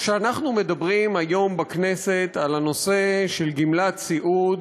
כשאנחנו מדברים היום בכנסת על הנושא של גמלת סיעוד,